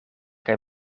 kaj